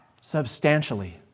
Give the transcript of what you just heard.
substantially